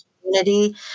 community